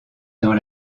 dans